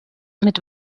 mit